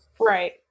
Right